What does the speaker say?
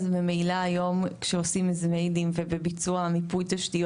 אז ממילא היום כשעושים יזומי דין ובביצוע המיפוי תשתיות